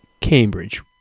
Cambridge